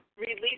release